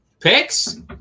Picks